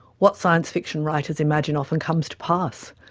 what science fiction writers imagine often comes to pass.